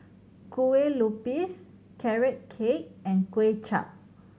Kueh Lupis Carrot Cake and Kuay Chap